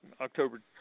October